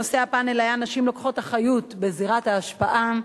נושא הפאנל היה: נשים לוקחות אחריות בזירת ההשפעה.